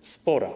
spora.